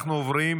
אנחנו עוברים